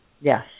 Yes